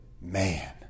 man